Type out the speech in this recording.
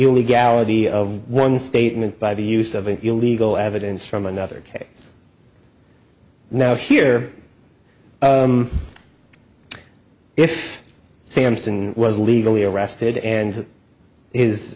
illegality of one statement by the use of an illegal evidence from another case now here if sampson was legally arrested and his